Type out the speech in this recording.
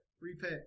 repay